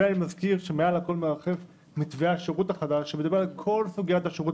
ונזכיר שמעל הכול מרחף מתווה השירות החדש שמדבר על כל סוגית השירות